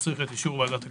מצריך את אישור ועדת הכספים.